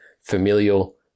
familial